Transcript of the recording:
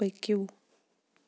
پٔکِو